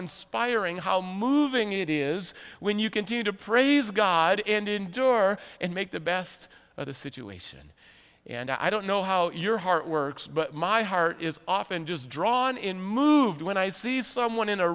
inspiring how moving it is when you continue to praise god and endure and make the best of the situation and i don't know how your heart works but my heart is often just drawn in moved when i see someone in a